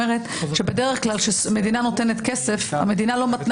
בדרך כלל כשהמדינה נותנת כסף היא לא מתנה